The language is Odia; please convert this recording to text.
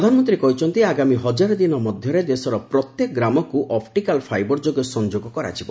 ପ୍ରଧାନମନ୍ତ୍ରୀ କହିଛନ୍ତି ଆଗାମ ହଜାରେ ଦିନ ଭିତରେ ଦେଶର ପ୍ରତ୍ୟେକ ଗ୍ରାମକୁ ଅପ୍ରିକାଲ୍ ଫାଇବର୍ ଯୋଗେ ସଫଯୋଗ କରାଯିବ